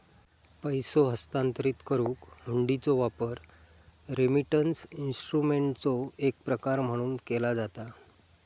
पैसो हस्तांतरित करुक हुंडीचो वापर रेमिटन्स इन्स्ट्रुमेंटचो एक प्रकार म्हणून केला जाता